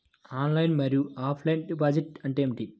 Online మరియు offline deposit అంటే ఏమిటి?